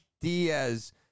Diaz